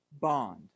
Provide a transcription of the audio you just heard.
bond